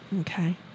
Okay